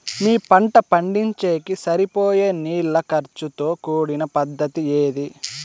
మీ పంట పండించేకి సరిపోయే నీళ్ల ఖర్చు తో కూడిన పద్ధతి ఏది?